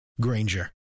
Granger